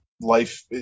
life